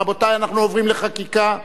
רבותי, אנחנו עוברים לחקיקה.